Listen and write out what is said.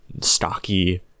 stocky